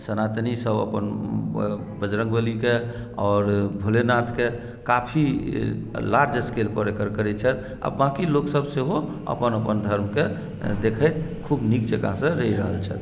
सनातनीसभ अपन ब बजरङ्गबलीकेँ आओर भोलेनाथकेँ काफी लार्ज स्केलपर एकर करैत छथि आ बाँकी लोकसभ सेहो अपन अपन धर्मकेँ देखैत खूब नीक जकाँसँ रहि रहल छथि